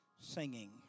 singing